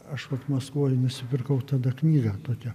aš vat maskvoj nusipirkau tada knygą tokią